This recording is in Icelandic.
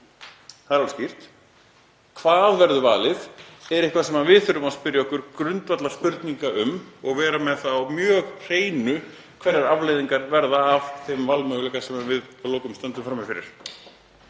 Það er alveg skýrt. Hvað verður valið er eitthvað sem við þurfum að spyrja okkur grundvallarspurninga um og vera með á hreinu hvaða afleiðingar verða af þeim valmöguleika sem við að lokum stöndum frammi fyrir.